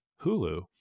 Hulu